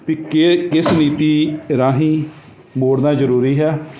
ਵੀ ਕੇ ਕਿਸ ਨੀਤੀ ਰਾਹੀਂ ਮੋੜਨਾ ਜ਼ਰੂਰੀ ਹੈ